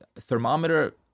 Thermometer